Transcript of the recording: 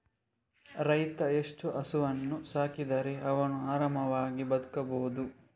ರೈತ ಎಷ್ಟು ಹಸುವನ್ನು ಸಾಕಿದರೆ ಅವನು ಆರಾಮವಾಗಿ ಬದುಕಬಹುದು?